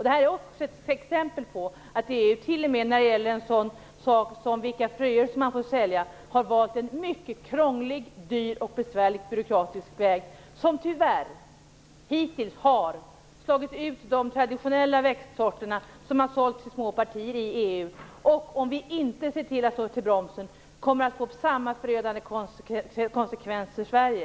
Detta visar att EU när det gäller vilka fröer som man får sälja har valt en mycket krånglig, dyr och besvärlig byråkratisk väg, som tyvärr har bidragit till att slå ut de traditionella växtsorter som har sålts i små partier i EU. Om vi inte slår till bromsen, kommer vi att få samma förödande konsekvens i Sverige.